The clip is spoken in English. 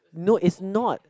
no it's not